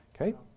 Okay